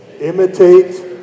imitate